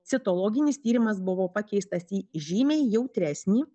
citologinis tyrimas buvo pakeistas į žymiai jautresnį